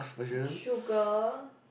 sugar